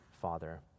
Father